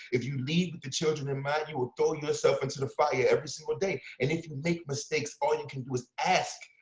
if you lead with the children in mind, you will throw yourself into the fire yeah every single day. and if you make mistakes, all you can do is ask,